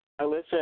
Alyssa